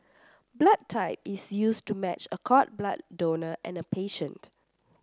blood type is used to match a cord blood donor and a patient